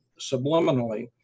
subliminally